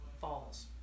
falls